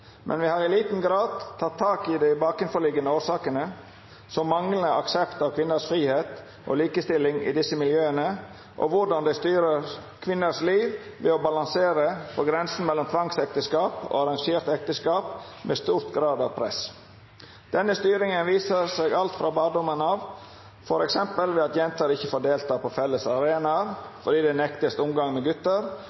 men at vi i mindre grad har tatt tak i de bakenforliggende årsakene. Bøhler viser i denne sammenhengen til aksept av kvinners frihet og likestilling og hvordan mange fra barndommen av opplever at jenter og gutter ikke får delta på felles arenaer.